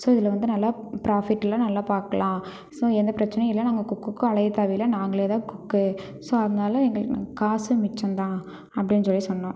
so இதுல வந்து நல்லா ப்ராஃபிட்லாம் நல்லா பார்க்கலாம் ஸோ எந்த பிரச்சினையும் இல்லை நாங்கள் குக்குக்கும் அலைய தேவையில்ல நாங்களே தான் குக்கு ஸோ அதனால எங்களுக்கு நாங் காசு மிச்சம் தான் அப்படின்னு சொல்லி சொன்னோம்